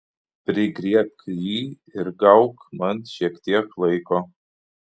prigriebk jį ir gauk man šiek tiek laiko